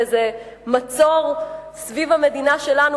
באיזה מצור סביב המדינה שלנו,